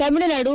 Tamil Nadu